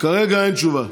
כרגע אין תשובה.